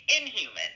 inhuman